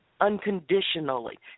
unconditionally